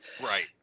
Right